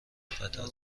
قطار